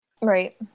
Right